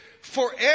forever